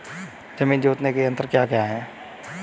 जमीन जोतने के यंत्र क्या क्या हैं?